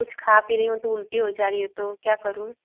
कुछ खा पी रही हूँ तो उलटी हो जा रही है तो क्या करूँ